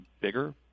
bigger